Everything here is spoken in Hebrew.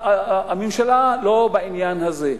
הממשלה לא בעניין הזה.